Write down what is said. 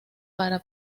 para